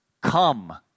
come